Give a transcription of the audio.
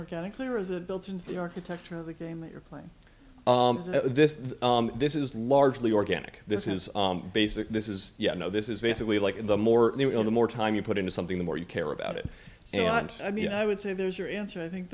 organically or is it built into the architecture of the game that you're playing this this is largely organic this is basic this is yet no this is basically like the more the more time you put into something the more you care about it i mean i would say there's your answer i think